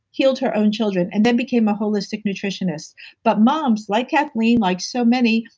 healed her own children and then became a holistic nutritionist but moms like kathleen, like so many,